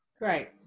Great